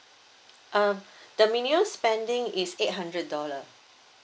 uh the minimum spending is eight hundred dollar